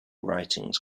writings